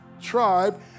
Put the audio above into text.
tribe